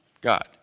God